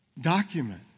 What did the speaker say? document